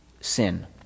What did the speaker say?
sin